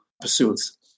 pursuits